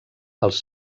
els